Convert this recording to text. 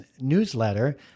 newsletter